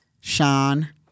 Sean